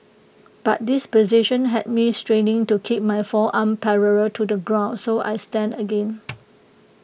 but this position had me straining to keep my forearm parallel to the ground so I stand again